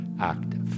active